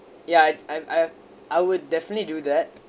ya I I I I would definitely do that